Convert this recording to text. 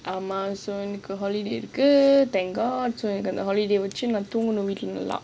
ஆமா எனக்கு:aamaa enakku holiday இருக்கு:irukku thank god நான் தூங்கணும் நல்ல:naan thoonganum nalla